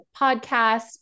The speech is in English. podcasts